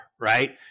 Right